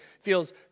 feels